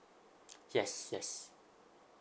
yes yes